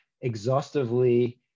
exhaustively